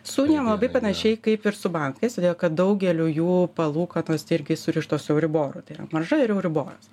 su unijom labai panašiai kaip ir su bankais todėl kad daugelio jų palūkanos irgi surištos su euriboru tai yra marža ir euriboras